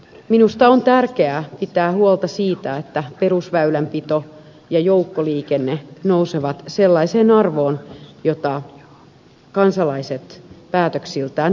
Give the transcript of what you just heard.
minusta on tärkeää pitää huolta siitä että perusväylänpito ja joukkoliikenne nousevat sellaiseen arvoon jota kansalaiset päättäjiltään vaativat